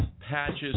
Patches